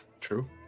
True